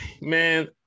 man